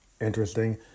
interesting